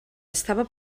estava